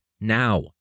now